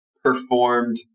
performed